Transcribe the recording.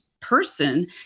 person